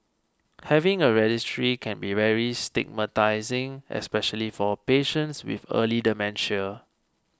having a registry can be very stigmatising especially for patients with early dementia